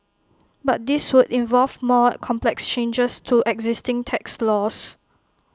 but this would involve more complex changes to existing tax laws